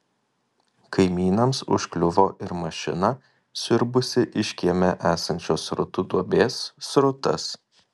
kaimynams užkliuvo ir mašina siurbusi iš kieme esančios srutų duobės srutas